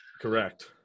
Correct